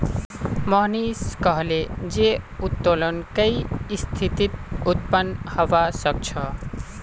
मोहनीश कहले जे उत्तोलन कई स्थितित उत्पन्न हबा सख छ